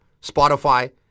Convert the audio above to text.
Spotify